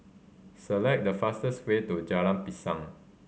select the fastest way to Jalan Pisang